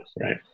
right